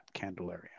Candelaria